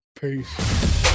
Peace